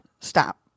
Stop